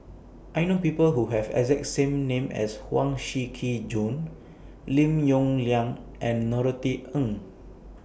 I know People Who Have exact same name as Huang Shiqi Joan Lim Yong Liang and Norothy Ng